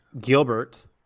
Gilbert